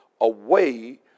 away